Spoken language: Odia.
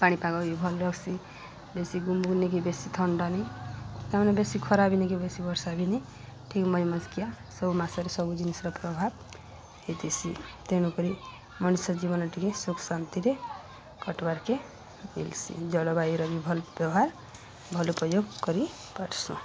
ପାଣିପାଗ ବି ଭଲ୍ ରଖ୍ସି ବେଶୀ ଗୁବୁ ନେଇକି ବେଶୀ ଥଣ୍ଡା ନେଇହି ତାମାନେ ବେଶି ଖରା ବି ନେଇକି ବେଶି ବର୍ଷା ବି ନି ଠିକ୍ ମଜ ମଜକିଆ ସବୁ ମାସରେ ସବୁ ଜିନିଷର ପ୍ରଭାବ ହେଥିସି ତେଣୁକରି ମଣିଷ ଜୀବନ ଟିକେ ସୁଖ ଶାନ୍ତିରେ କଟବାର୍କେ ମିଲ୍ସି ଜଳବାୟୁର ବି ଭଲ୍ ବ୍ୟବହାର ଭଲ ଉପଯୋଗ କରିପାରସୁଁ